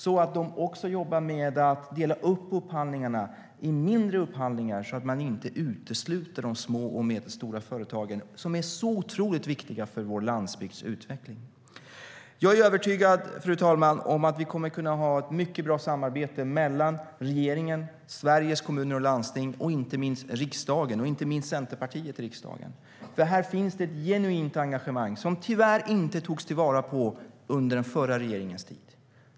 De kan också dela upp upphandlingarna i mindre upphandlingar, så att man inte utesluter de små och medelstora företagen, som är så otroligt viktiga för vår landsbygds utveckling. Fru talman! Jag är övertygad om att vi kommer att kunna ha ett mycket bra samarbete mellan regeringen, Sveriges Kommuner och Landsting, riksdagen och inte minst Centerpartiet i riksdagen. Här finns ett genuint engagemang som tyvärr inte togs till vara under den förra regeringens tid.